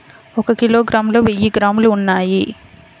ఒక కిలోగ్రామ్ లో వెయ్యి గ్రాములు ఉన్నాయి